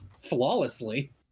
flawlessly